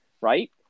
Right